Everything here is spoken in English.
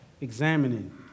examining